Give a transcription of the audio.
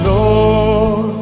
Lord